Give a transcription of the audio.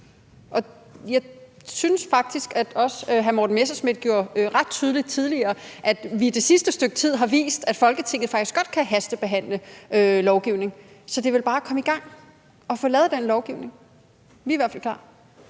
Og jeg synes faktisk, at hr. Morten Messerschmidt tidligere gjorde det ret tydeligt, at vi det sidste stykke tid har vist, at Folketinget faktisk godt kan hastebehandle lovgivning, så det er vel bare at komme i gang og få lavet den lovgivning. Vi er i hvert fald klar.